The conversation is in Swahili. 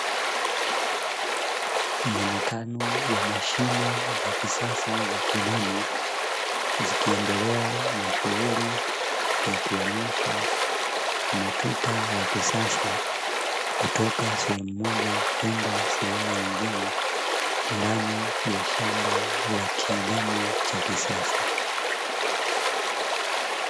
Muonekano wa mashine za kisasa za kilimo zikiendelea na shughuli ya kuhamisha matuta ya kisasa, kutoka sehemu moja kwenda sehemu nyingine ndani ya shamba la kilimo cha kisasa.